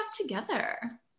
together